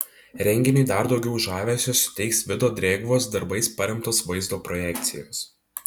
renginiui dar daugiau žavesio suteiks vido drėgvos darbais paremtos vaizdo projekcijos